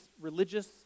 religious